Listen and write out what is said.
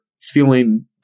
feeling